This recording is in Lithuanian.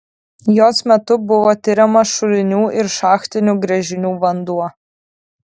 jos metu buvo tiriamas šulinių ir šachtinių gręžinių vanduo